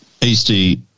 Eastie